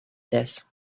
this